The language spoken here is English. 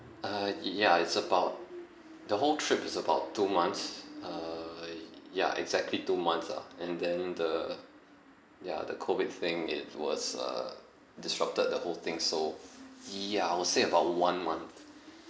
uh ya it's about the whole trip is about two months uh ya exactly two months ah and then the ya the COVID thing it was uh disrupted the whole thing so ya I would say about one month